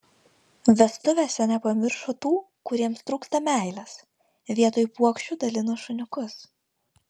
vestuvėse nepamiršo tų kuriems trūksta meilės vietoj puokščių dalino šuniukus